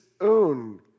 own